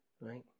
right